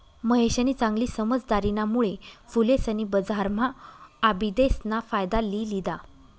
महेशनी चांगली समझदारीना मुळे फुलेसनी बजारम्हा आबिदेस ना फायदा लि लिदा